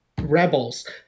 Rebels